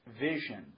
vision